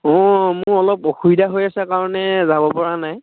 অঁ মোৰ অলপ অসুবিধা হৈ আছে কাৰণে যাব পৰা নাই